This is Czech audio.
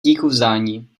díkuvzdání